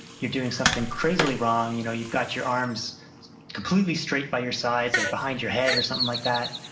you're doing something crazily wrong, you know you've got your arms completely straight by your sides or behind your head or something like that,